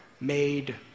made